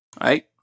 Right